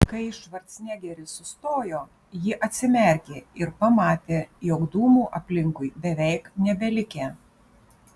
kai švarcnegeris sustojo ji atsimerkė ir pamatė jog dūmų aplinkui beveik nebelikę